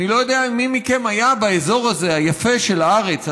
אני לא יודע אם מי מכם היה באזור היפה הזה של הארץ.